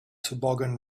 toboggan